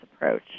approach